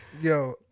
Yo